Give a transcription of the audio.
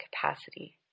capacity